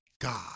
God